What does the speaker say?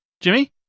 Jimmy